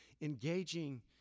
engaging